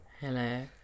Hello